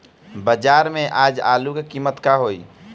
बाजार में आज आलू के कीमत का होई?